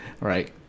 Right